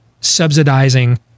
subsidizing